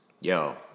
yo